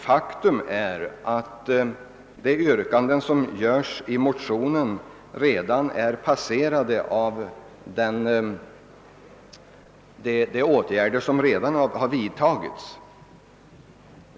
Faktum är att motionsyrkandena redan är passerade av de åtgärder som har vidtagits.